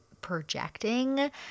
projecting